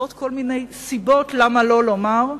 ועוד כל מיני סיבות למה לא לומר.